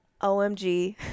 OMG